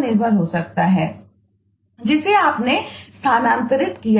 निर्भर हो सकता है जिसे आपने स्थानांतरित किया है